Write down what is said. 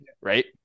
Right